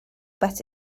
bet